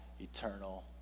eternal